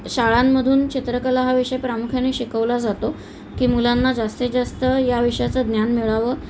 शाळांमधून चित्रकला हा विषय प्रामुख्याने शिकवला जातो की मुलांना जास्तीत जास्त या विषयाचं ज्ञान मिळावं